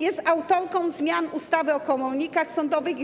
Jest autorką zmian ustawy o komornikach sądowych